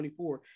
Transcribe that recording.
24